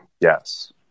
Yes